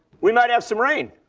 we might have some rain,